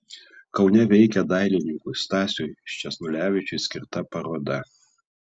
kaune veikia dailininkui stasiui sčesnulevičiui skirta paroda